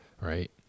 Right